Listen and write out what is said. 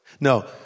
No